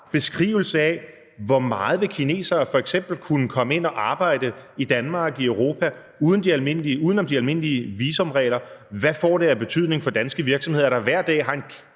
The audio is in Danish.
beskrivelse af, hvor meget kinesere f.eks. vil kunne komme ind og arbejde i Danmark, i Europa, uden om de almindelige visumregler. Hvad får det af betydning for danske virksomheder,